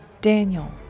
Daniel